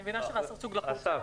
אני מבינה שוסרצוג לחוץ,